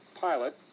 pilot